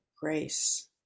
grace